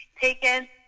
Taken